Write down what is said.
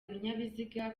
ibinyabiziga